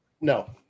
no